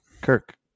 kirk